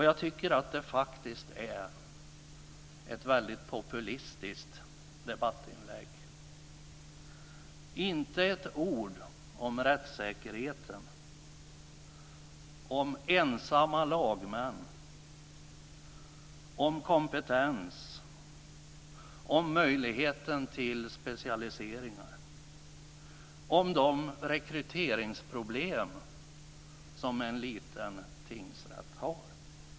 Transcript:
Jag tycker faktiskt att det är ett väldigt populistiskt debattinlägg; inte ett ord om rättssäkerheten, om ensamma lagmän, om kompetens, om möjligheten till specialiseringar eller om de rekryteringsproblem som en liten tingsrätt har.